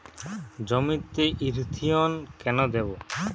জমিতে ইরথিয়ন কেন দেবো?